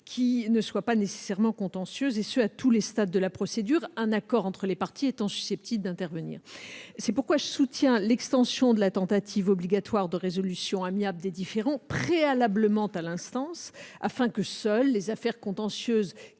qui ne soit pas nécessairement contentieuse, et ce à tous les stades de la procédure, un accord entre les parties étant susceptible d'intervenir. C'est pourquoi je soutiens l'extension de la tentative obligatoire de résolution amiable des différends préalablement à l'instance, afin que seules les affaires contentieuses